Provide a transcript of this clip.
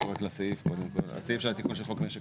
בסעיף 63א, תיקון לחוק משק